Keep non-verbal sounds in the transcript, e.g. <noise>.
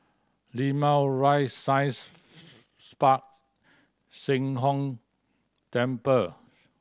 Limau Rise Science <unintelligible> Park Sheng Hong Temple